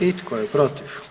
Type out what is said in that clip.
I tko je protiv?